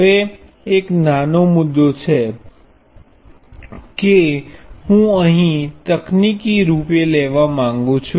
હવે એક નાનો મુદ્દો છે કે હું અહીં તકનીકી રૂપે લેવા માંગુ છું